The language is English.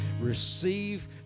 Receive